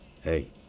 Hey